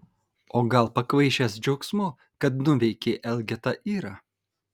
o gal pakvaišęs džiaugsmu kad nuveikei elgetą irą